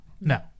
No